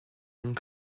longue